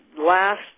last